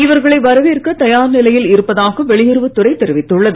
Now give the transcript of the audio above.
இவர்களை வரவேற்க தயார் நிலையில் இருப்பதாக வெளியுறவுத்துறை தெரிவித்துள்ளது